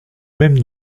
même